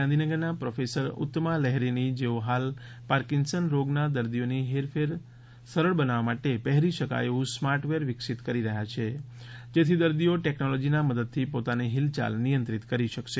ગાંધીનગરના પ્રોફેસર ઉત્તમા લ હેરીની જેઓ હાલ પાર્કિંસન રોગના દર્દીઓની હેરફેર સરળ બનાવવા માટે પહેરી શકાય એવું સ્માર્ટ વેર વિકસિત કરી રહ્યા છીએ જેથી દર્દીઓ ટેકનોલોજીના મદદથી પોતાની હિલચાલ નિયંત્રિત કરી શકશે